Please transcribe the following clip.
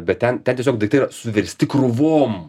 bet ten ten tiesiog daiktai suversti krūvom